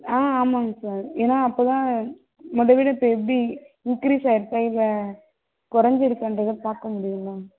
ஆ ஆமாங்க சார் ஏன்னால் அப்போ தான் மொதலை விட இப்போ எப்படி இன்கிரீஸ் ஆகிடுச்சா இல்லை குறைஞ்சிருக்கான்றத பார்க்க முடியுமில்ல